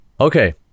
Okay